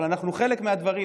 אבל אנחנו בחלק מהדברים,